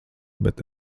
bet